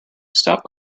stop